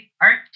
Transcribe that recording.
art